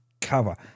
cover